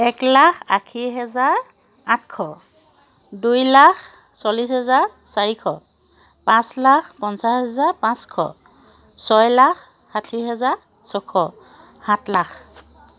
এক লাখ আশী হেজাৰ আঠশ দুই লাখ চল্লিশ হেজাৰ চাৰিশ পাঁচলাখ পঞ্চাছ হেজাৰ পাঁচশ ছয় লাখ ষাঠি হেজাৰ ছশ সাত লাখ